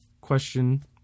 question